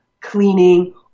cleaning